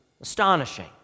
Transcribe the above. Astonishing